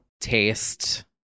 Taste